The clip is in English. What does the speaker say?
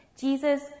Jesus